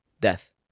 Death